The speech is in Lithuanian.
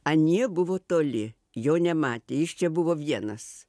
anie buvo toli jo nematė jis čia buvo vienas